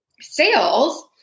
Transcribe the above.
Sales